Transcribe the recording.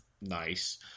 Nice